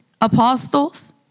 apostles